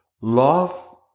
Love